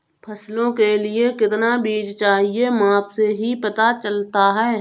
फसलों के लिए कितना बीज चाहिए माप से ही पता चलता है